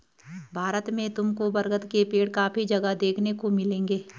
भारत में तुमको बरगद के पेड़ काफी जगह देखने को मिलेंगे